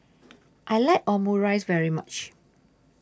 I like Omurice very much